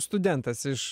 studentas iš